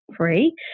free